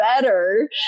better